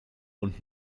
und